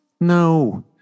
No